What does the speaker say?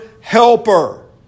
helper